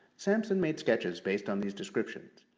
sampson made sketches based on these descriptions.